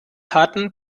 harten